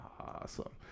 awesome